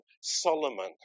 Solomon